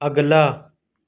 اگلا